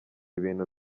ibintu